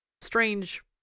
Strange